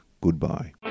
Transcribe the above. goodbye